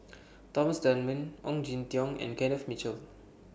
Thomas Dunman Ong Jin Teong and Kenneth Mitchell